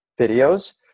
videos